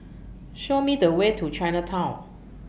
Show Me The Way to Chinatown